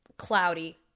cloudy